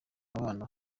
abana